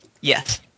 Yes